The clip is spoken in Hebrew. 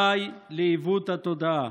די לעיוות התודעה.